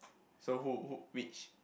so who who which